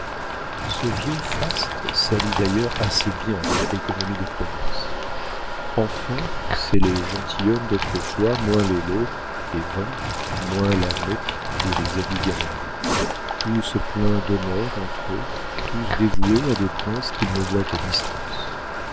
ce vieux faste s'allie d'ailleurs assez bien avec l'économie des provinces enfin c'est les gentilshommes d'autrefois moins les lods et ventes moins la meute et les habits galonnés tous pleins d'honneur entre eux tous dévoués à des princes qu'ils ne voient qu'à distance